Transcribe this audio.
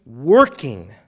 working